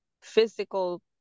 physical